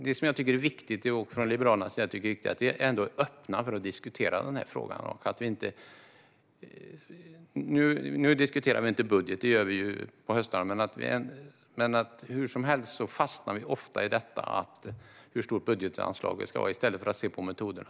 Det som jag och Liberalerna tycker är viktigt är att vi är öppna för att diskutera frågan. Nu diskuterar vi inte budget - det gör vi på hösten - men vi fastnar ofta i hur stort budgetanslaget ska vara i stället för att se på metoderna.